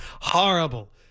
horrible